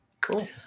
Cool